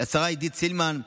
עידית סילמן,